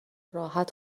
راحت